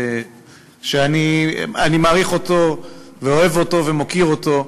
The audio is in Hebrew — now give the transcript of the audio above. שאני מעריך אותו ואוהב אותו ומוקיר אותו,